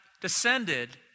descended